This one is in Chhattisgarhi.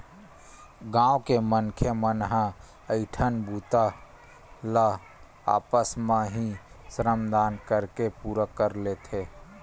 गाँव के मनखे मन ह कइठन बूता ल आपस म ही श्रम दान करके पूरा कर लेथे